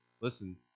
listen